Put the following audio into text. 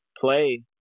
play